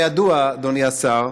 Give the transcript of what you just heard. הרי ידוע, אדוני השר,